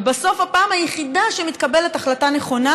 ובסוף, בפעם היחידה שמתקבלת החלטה נכונה,